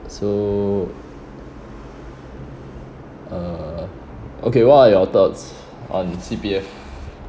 so uh okay what are your thoughts on C_P_F